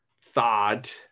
thought